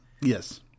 Yes